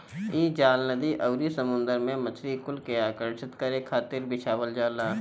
इ जाल नदी अउरी समुंदर में मछरी कुल के आकर्षित करे खातिर बिछावल जाला